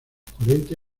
cuarenta